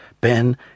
Ben